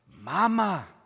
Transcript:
Mama